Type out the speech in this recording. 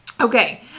Okay